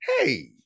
hey